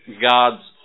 God's